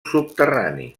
subterrani